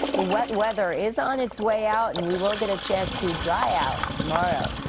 the wet weather is on it's way out. and we will get a chance to dry out tomorrow.